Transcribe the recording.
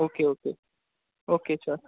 okay okay okay sir